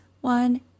one